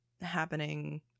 happening